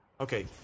okay